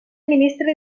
ministre